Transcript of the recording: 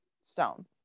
stone